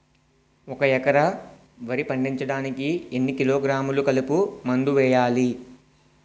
ఒక ఎకర వరి పండించటానికి ఎన్ని కిలోగ్రాములు కలుపు మందు వేయాలి?